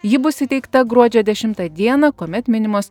ji bus įteikta gruodžio dešimtą dieną kuomet minimos